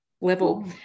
level